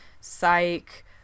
psych